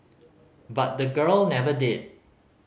but the girl never did